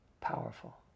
powerful